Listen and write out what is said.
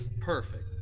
Perfect